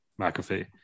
McAfee